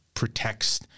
protects